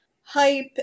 hype